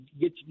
get